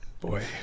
boy